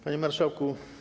Panie Marszałku!